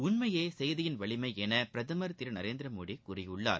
உண்மையே செய்தின் வலிமை என பிரதமர் திரு நரேந்திர மோடி கூறியுள்ளார்